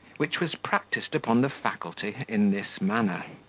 which was practised upon the faculty in this manner.